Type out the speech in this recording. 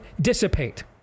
dissipate